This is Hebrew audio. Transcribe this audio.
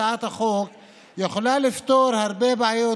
הצעת החוק יכולה לפתור הרבה בעיות,